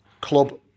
club